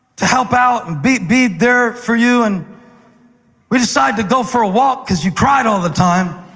to help out and be be there for you. and we decided to go for a walk, because you cried all the time.